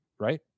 right